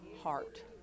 heart